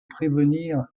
prévenir